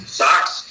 socks